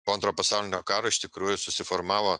po antro pasaulinio karo iš tikrųjų susiformavo